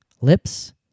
lips